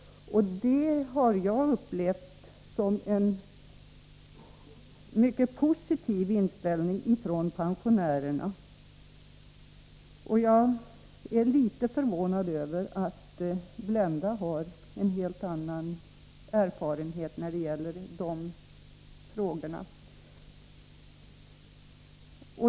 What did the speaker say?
Det har jag upplevt som en mycket positiv inställning från pensionärernas sida. Och jag är litet förvånad över att Blenda Littmarck har en helt annan erfarenhet när det gäller dessa frågor.